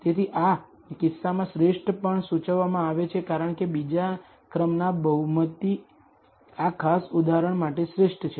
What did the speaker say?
તેથી આ કિસ્સામાં શ્રેષ્ઠ પણ સૂચવવામાં આવે છે કારણ કે બીજા ક્રમની બહુપદી આ ખાસ ઉદાહરણ માટે શ્રેષ્ઠ છે